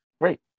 great